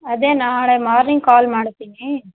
ಅದೇ ನಾಳೆ morning call ಮಾಡ್ತೀನಿ